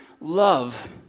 love